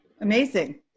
Amazing